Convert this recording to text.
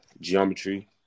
geometry